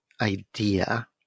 idea